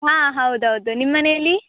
ಹಾಂ ಹೌದು ಹೌದು ನಿಮ್ಮ ಮನೆಯಲ್ಲಿ